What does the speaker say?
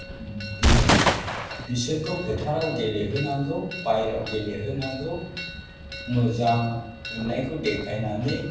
बे बिसोरखौ फोथाराव गेलेहोनांगौ बायह्राव गेलेहोनांगौ मोजां मोननायखौ देखायनानै